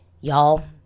Y'all